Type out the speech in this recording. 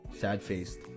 Sad-faced